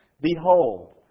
Behold